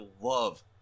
love